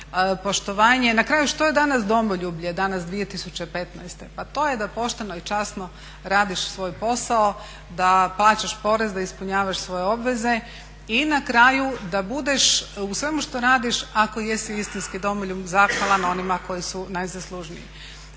na kraju što je danas domoljublje, danas, 2015. Pa to je da pošteno i časno radiš svoj posao, da plaćaš porez, da ispunjavaš svoje obveze i na kraju da budeš u svemu što radiš ako jesi istinski domoljub zahvalan onima koji su najzaslužniji.